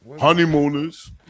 Honeymooners